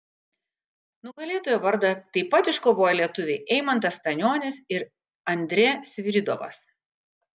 nugalėtojo vardą taip pat iškovojo lietuviai eimantas stanionis ir andrė sviridovas